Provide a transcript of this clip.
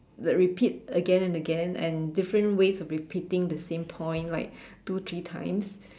the repeat again and again and different ways of repeating the same point like two three times